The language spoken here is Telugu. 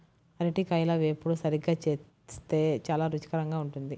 అరటికాయల వేపుడు సరిగ్గా చేస్తే చాలా రుచికరంగా ఉంటుంది